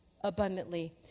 abundantly